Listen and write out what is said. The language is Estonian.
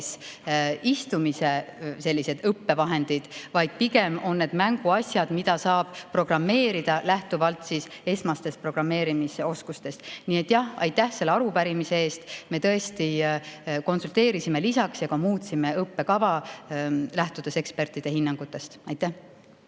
istumise õppevahendid, vaid pigem on need mänguasjad, mida saab programmeerida lähtuvalt esmastest programmeerimisoskustest. Nii et jah, aitäh selle arupärimise eest, me tõesti konsulteerisime lisaks ja ka muutsime õppekava, lähtudes ekspertide hinnangutest. Heidy